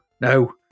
no